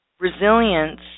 Resilience